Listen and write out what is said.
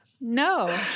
No